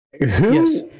yes